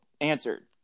answered